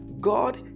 God